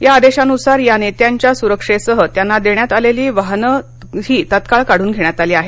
या आदेशानुसार या नेत्यांच्या सुरक्षेसह त्यांना देण्यात आलेली वाहनंही तत्काळ काढून घेण्यात आली आहेत